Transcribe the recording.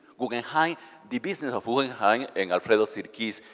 guggenheim the business of guggenheim and alfredo sirkis,